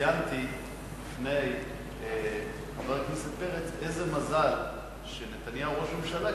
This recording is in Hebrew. וציינתי בפני חבר הכנסת פרץ איזה מזל שנתניהו ראש ממשלה,